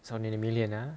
sean jadi millionaire